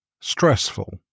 stressful